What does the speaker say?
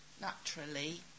naturally